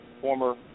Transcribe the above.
former